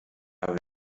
aber